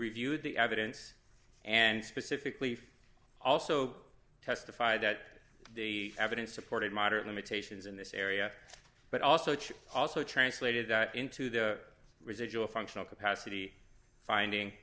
reviewed the evidence and specifically also testified that the evidence supported moderate limitations in this area but also it should also translated that into the residual functional capacity finding